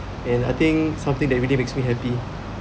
and I think something that really makes me happy